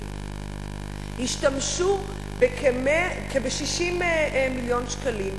השתמשו בכ-60 מיליון שקלים.